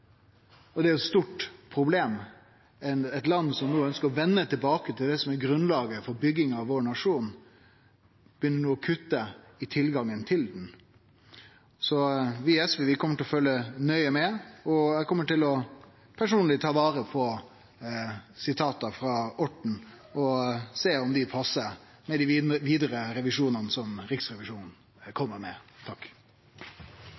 havet. Det er eit stort problem. Eit land som ønskjer å vende tilbake til det som er grunnlaget for bygginga av nasjonen vår, begynner nå å kutte i tilgangen til det. Vi i SV kjem til å følgje nøye med, og eg kjem personleg til å ta vare på sitata frå representanten Orten og sjå om dei passar med dei vidare revisjonane som Riksrevisjonen